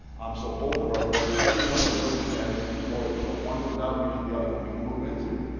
um so both of our boilers, every one of our buildings has two boilers, so if one goes out, usually the other one we can move into,